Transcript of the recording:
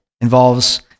involves